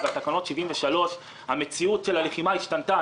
והתקנות משנת 1973. המציאות של הלחימה השתנתה.